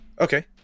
Okay